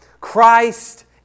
Christ